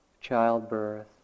childbirth